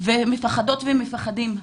ומפחדות ומפחדים,